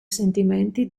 sentimenti